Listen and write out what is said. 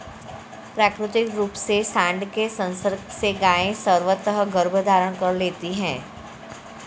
प्राकृतिक रूप से साँड के संसर्ग से गायें स्वतः गर्भधारण कर लेती हैं